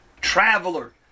traveler